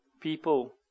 people